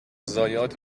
ضایعات